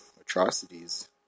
atrocities